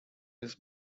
his